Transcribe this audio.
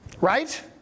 Right